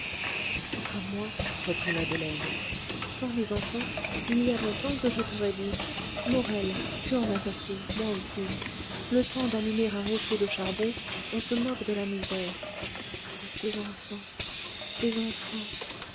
c'est comme moi reprit madeleine sans les enfants il y a longtemps que je t'aurais dit morel tu en as assez moi aussi le temps d'allumer un réchaud de charbon on se moque de la misère mais ces enfants ces enfants